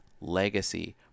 legacy